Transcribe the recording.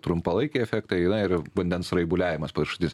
trumpalaikiai efektai na ir vandens raibuliavimas paviršutinis